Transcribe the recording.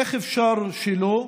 איך אפשר שלא,